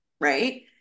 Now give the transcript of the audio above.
right